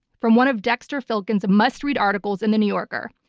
from one of dexter filkins' must-read articles in the new yorker,